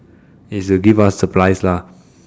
it's to give us supplies lah